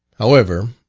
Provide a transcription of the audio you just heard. however,